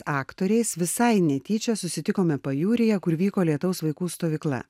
aktoriais visai netyčia susitikome pajūryje kur vyko lietaus vaikų stovykla